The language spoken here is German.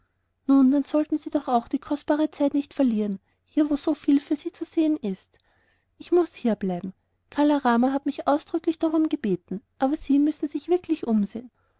nun dann sollten sie doch auch die kostbare zeit nicht verlieren hier wo so viel für sie zu sehen ist ich muß hier bleiben kala rama hat mich ausdrücklich darum gebeten aber sie müssen sich wirklich umsehen